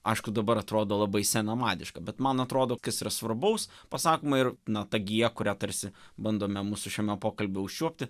aišku dabar atrodo labai senamadiška bet man atrodo kas yra svarbaus pasakoma ir na ta gija kurią tarsi bandome mūsų šiame pokalby užčiuopti